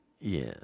yes